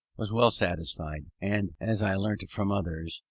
was well satisfied, and, as i learnt from others,